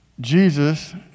Jesus